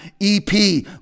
EP